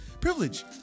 privilege